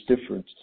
difference